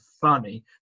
funny